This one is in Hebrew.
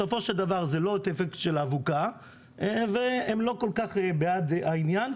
בסופו של דבר הם לא כל כך בעד העניין.